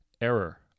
Error